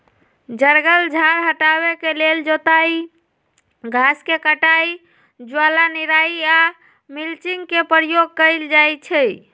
जङगल झार हटाबे के लेल जोताई, घास के कटाई, ज्वाला निराई आऽ मल्चिंग के प्रयोग कएल जाइ छइ